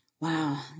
Wow